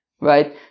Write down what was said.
Right